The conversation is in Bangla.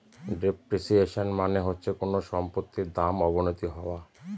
ডেপ্রিসিয়েশন মানে হচ্ছে কোনো সম্পত্তির দাম অবনতি হওয়া